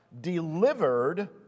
delivered